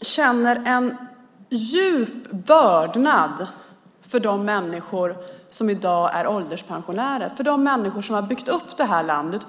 känner en djup vördnad för de människor som i dag är ålderspensionärer, för de människor som har byggt upp det här landet.